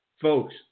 Folks